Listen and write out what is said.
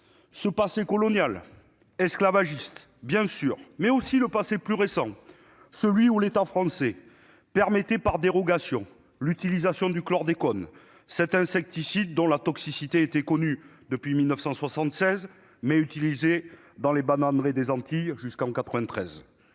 au passé colonial, esclavagiste, bien sûr, mais aussi au passé plus récent, lorsque l'État français permettait par dérogation l'utilisation du chlordécone, cet insecticide dont la toxicité était connue depuis 1976, mais qui a été utilisé dans les bananeraies des Antilles jusqu'en 1993-